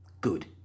Good